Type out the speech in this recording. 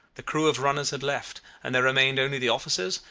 the crew of runners had left, and there remained only the officers,